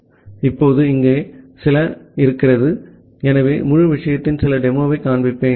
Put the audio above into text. இப்போது இங்கே சில உள்ளன ஆகவே முழு விஷயத்தின் சில டெமோவைக் காண்பிப்பேன்